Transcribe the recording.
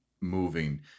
moving